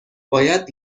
باید